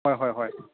হয় হয় হয়